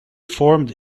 formed